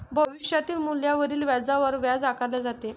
भविष्यातील मूल्यावरील व्याजावरच व्याज आकारले जाते